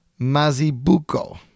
Mazibuko